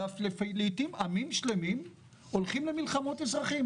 ולעתים עמים שלמים הולכים למלחמות אזרחים.